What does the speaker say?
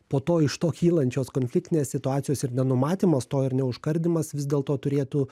po to iš to kylančios konfliktinės situacijos ir nenumatymas to ir ne užkardymas vis dėlto turėtų